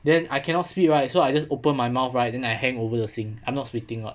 then I cannot spit right so I just open my mouth right I hang over the sink I'm not spitting [what]